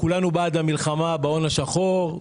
כולנו בעד המלחמה בהון השחור.